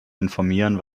informieren